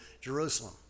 Jerusalem